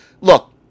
look